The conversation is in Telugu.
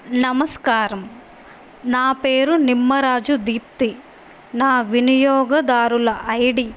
నమస్కారం నా పేరు నిమ్మరాజు దీప్తి నా వినియోగదారు ఐడి